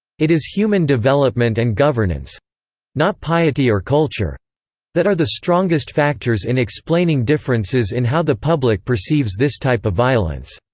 it is human development and governance not piety or culture that are the strongest factors in explaining differences in how the public perceives this type of violence.